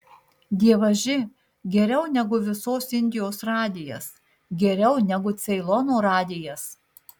dievaži geriau negu visos indijos radijas geriau negu ceilono radijas